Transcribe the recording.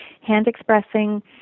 hand-expressing